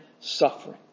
suffering